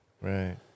Right